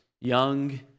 young